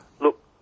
Look